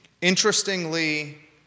Interestingly